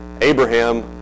Abraham